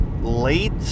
late